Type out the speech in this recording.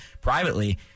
privately